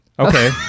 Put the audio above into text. Okay